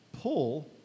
pull